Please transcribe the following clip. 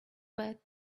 beth